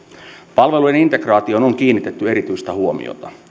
palvelujen integraatioon on kiinnitetty erityistä huomiota